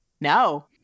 No